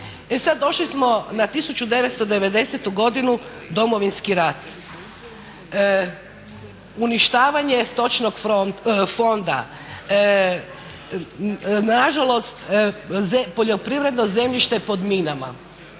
E sada došli smo na 1990.godinu Domovinski rat, uništavanje stočnog fonda, nažalost poljoprivredno zemljište je pod minama